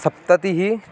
सप्ततिः